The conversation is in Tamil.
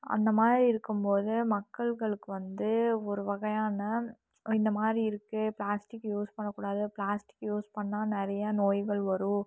அந்தமாதிரி இருக்கும் போது மக்கள்களுக்கு வந்து ஒரு வகையான இந்தமாதிரி இருக்குது பிளாஸ்டிக் யூஸ் பண்ணக்கூடாது பிளாஸ்டிக் யூஸ் பண்ணால் நிறையா நோய்கள் வரும்